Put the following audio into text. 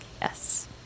yes